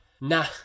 nah